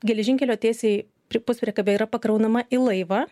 geležinkelio tiesiai pri puspriekabė yra pakraunama į laivą